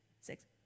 Six